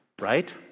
Right